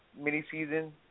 mini-season